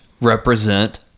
represent